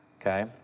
okay